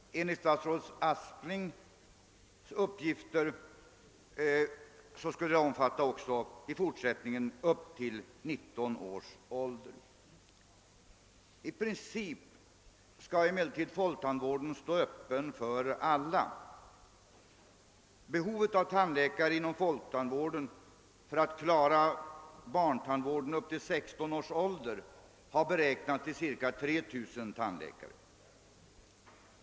Enligt statsrådet Asplings förslag skall denna tandvård i fortsättningen avse även ungdomar upp t.o.m. 19 års ålder. I princip skall emellertid folktandvården stå öppen för alla. Behovet av tandläkare inom folktandvården för att klara barntandvården upp till 16 års ålder har beräknats till ca 3 000.